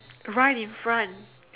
right infront